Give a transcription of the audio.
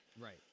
Right